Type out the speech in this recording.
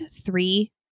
three